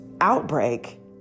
outbreak